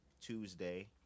Tuesday